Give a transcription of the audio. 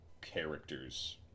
characters